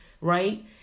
Right